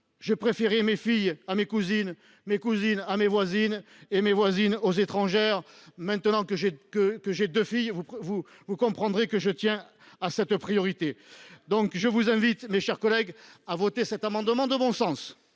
je préférais mes filles à mes cousines, mes cousines à mes voisines et mes voisines aux étrangères. Maintenant que j’ai deux filles, vous comprendrez que je tienne à cette priorité ! Mes chers collègues, je vous invite donc à voter cet amendement de bon sens.